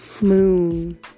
Moon